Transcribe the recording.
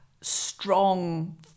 strong